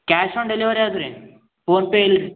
cash on delivery ಅದ್ರಿ PhonePe ಇಲ್ರಿ